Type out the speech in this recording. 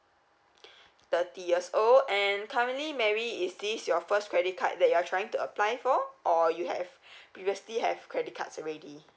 thirty years old and currently mary is this your first credit card that you are trying to apply for or you have previously have credit cards already